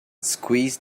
squeezed